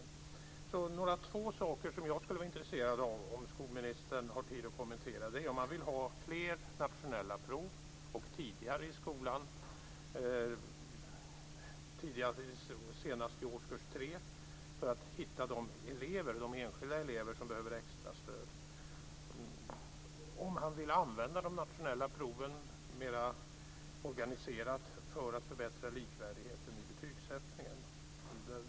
Om skolministern har tid att kommentera är jag intresserad av två saker, bl.a. om han vill ha fler nationella prov och att de ska ges tidigare i skolan - senast i årskurs 3 - för att kunna hitta de elever som behöver extra stöd. Jag undrar också om han vill använda de nationella proven mer organiserat för att förbättra likvärdigheten i betygssättningen.